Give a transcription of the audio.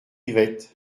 yvette